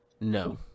No